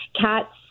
Cats